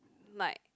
might